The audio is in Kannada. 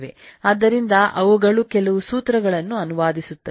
ಆದ್ದರಿಂದ ಅವುಗಳು ಕೆಲವು ಸೂತ್ರಗಳನ್ನು ಅನುವಾದಿಸುತ್ತವೆ